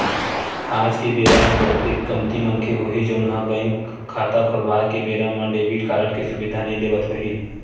आज के बेरा म बहुते कमती मनखे होही जउन ह बेंक खाता खोलवाए के बेरा म डेबिट कारड के सुबिधा नइ लेवत होही